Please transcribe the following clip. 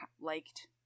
liked